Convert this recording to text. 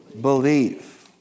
believe